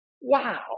wow